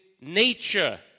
nature